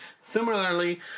Similarly